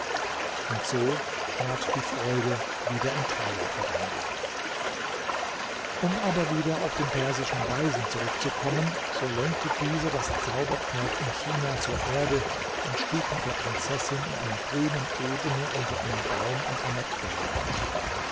und so ward die freude wieder in trauer verwandelt um aber wieder auf den persischen weisen zurückzukommen so lenkte dieser das zauberpferd in china zur erde und stieg mit der prinzessin in einer grünen ebene unter einem baum an einer quelle ab